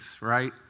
right